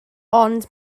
ond